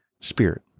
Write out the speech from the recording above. spirit